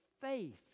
faith